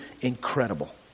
incredible